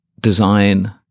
design